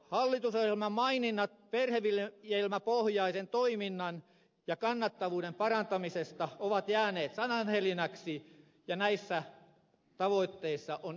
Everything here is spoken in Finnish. hallitusohjelman maininnat perheviljelmäpohjaisen toiminnan ja kannattavuuden parantamisesta ovat jääneet sanahelinäksi ja näissä tavoitteissa on epäonnistuttu